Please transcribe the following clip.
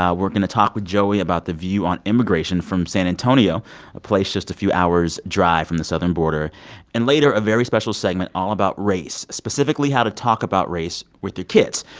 we're going to talk with joey about the view on immigration from san antonio a place just a few hours drive from the southern border and later a very special segment all about race, specifically how to talk about race with your kids.